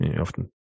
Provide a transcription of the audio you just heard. often